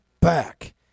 back